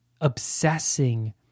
obsessing